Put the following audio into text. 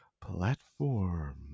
platform